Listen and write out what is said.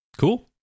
Cool